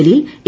Jaleel A